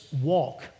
walk